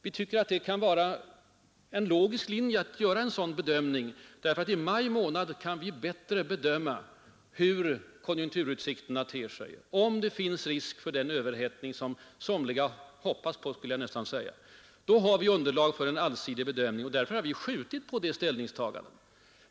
Vi tycker att det kan vara logiskt att göra en sådan bedömning i maj, därför att vi då kan bätte bedöma konjunkturutsikterna, t.ex. om det finns risk för den överhettning, som somliga hoppas på, andra fruktar. I maj finns det underlag för en allsidig bedömning. Därför har vi skjutit ställningstagandet till dess.